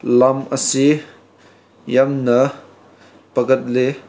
ꯂꯝ ꯑꯁꯤ ꯌꯥꯝꯅ ꯐꯒꯠꯂꯦ